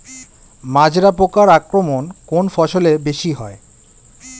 মাজরা পোকার আক্রমণ কোন ফসলে বেশি হয়?